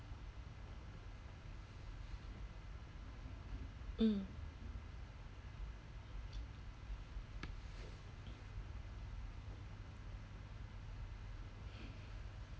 mm